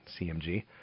CMG